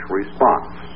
response